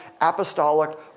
apostolic